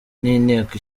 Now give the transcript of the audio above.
n’inteko